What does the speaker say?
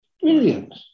brilliant